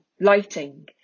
lighting